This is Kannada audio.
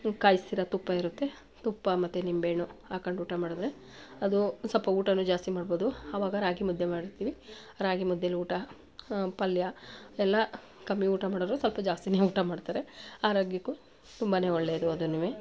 ನಾವು ಕಾಯ್ಸಿರೋ ತುಪ್ಪ ಇರುತ್ತೆ ತುಪ್ಪ ಮತ್ತೆ ನಿಂಬೆಹಣ್ಣು ಹಾಕೊಂಡು ಊಟ ಮಾಡಿದ್ರೆ ಅದು ಸ್ವಲ್ಪ ಊಟವೂ ಜಾಸ್ತಿ ಮಾಡ್ಬೋದು ಅವಾಗ ರಾಗಿ ಮುದ್ದೆ ಮಾಡಿರ್ತೀವಿ ರಾಗಿ ಮುದ್ದೆಲಿ ಊಟ ಪಲ್ಯ ಎಲ್ಲ ಕಮ್ಮಿ ಊಟ ಮಾಡೋರು ಸ್ವಲ್ಪ ಜಾಸ್ತಿಯೇ ಊಟ ಮಾಡ್ತಾರೆ ಆರೋಗ್ಯಕ್ಕೂ ತುಂಬನೇ ಒಳ್ಳೆಯದು ಅದನ್ನೂ